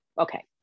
Okay